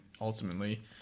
ultimately